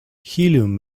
helium